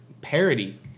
parody